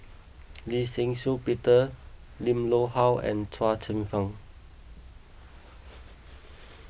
Lee Shih Shiong Peter Lim Loh Huat and Chua Chim Kang